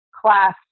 class